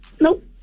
nope